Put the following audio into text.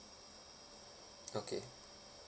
okay